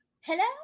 Hello